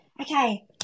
okay